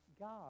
God